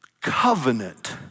covenant